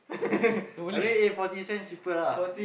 I mean eh forty cent cheaper lah